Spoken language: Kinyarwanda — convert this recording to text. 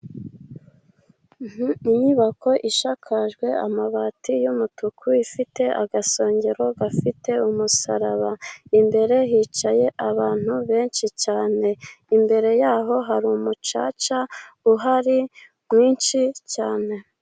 Inyubako ishakakajwe amabati yumutuku ,ifite agasongero gafite umusaraba . Imbere hicaye abantu benshi cyane ,imbere y'aho hari umucaca uhari mwinshi cyane.